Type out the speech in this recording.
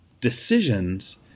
decisions